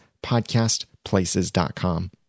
podcastplaces.com